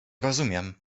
rozumiem